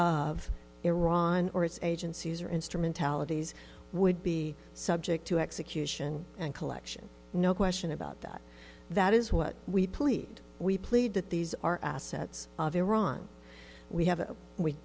of iran or its agencies or instrumentalities would be subject to execution and collection no question about that that is what we plead we plead that these are assets of iran we have